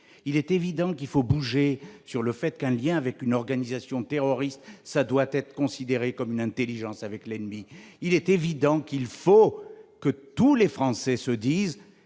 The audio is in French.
Il est évident qu'il faut bouger sur le fait qu'un lien avec une organisation terroriste doit être considéré comme une intelligence avec l'ennemi ! Il est évident qu'il faut que tous les Français se disent